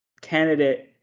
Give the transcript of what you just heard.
candidate